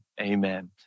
amen